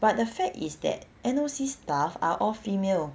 but the fact is that N_O_C staff are all female